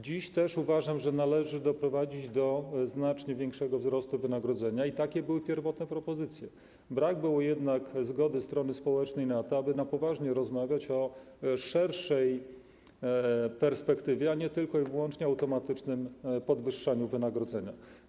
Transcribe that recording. Dziś też uważam, że należy doprowadzić do znacznie większego wzrostu wynagrodzeń, i takie były pierwotne propozycje, brak było jednak zgody strony społecznej na to, aby na poważnie rozmawiać o szerszej perspektywie, a nie tylko i wyłącznie o automatycznym podwyższaniu wynagrodzeń.